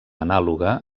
anàloga